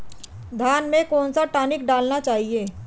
धान में कौन सा टॉनिक डालना चाहिए?